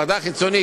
ועדה חיצונית,